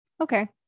okay